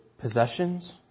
possessions